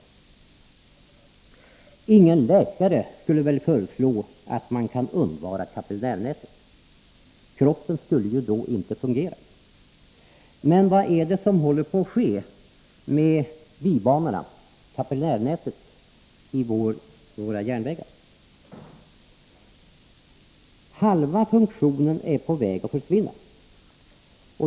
Vilken läkare skulle väl föreslå att man kan undvara kapillärnätet? Kroppen skulle då inte fungera. Men vad är det som håller på att ske med bibanorna, kapillärnätet, i våra järnvägar? Halva funktionen är på väg att försvinna.